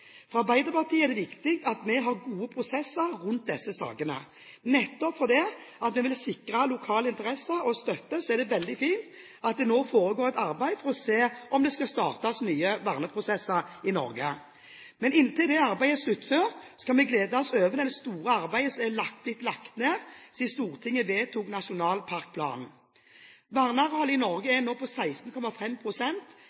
For Arbeiderpartiet er det viktig at vi har gode prosesser rundt disse sakene. Nettopp fordi vi vil sikre lokal interesse og støtte, er det veldig fint at det nå foregår et arbeid for å se om det skal startes nye verneprosesser i Norge. Inntil det arbeidet er sluttført, kan vi glede oss over det store arbeidet som er blitt lagt ned siden Stortinget vedtok nasjonalparkplanen. Vernearealet i Norge